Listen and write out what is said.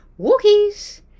walkies